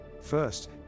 First